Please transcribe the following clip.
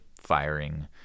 firing